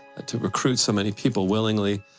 to recruit so many people willingly,